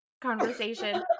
conversation